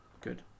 good